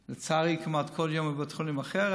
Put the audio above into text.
לצערי, אני כמעט כל יום בבית חולים אחר.